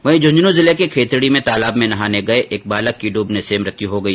वहीं झंझनं जिले के खेतडी में तालाब में नहाने गये एक बालक की डूंबने से मृत्यु हो गई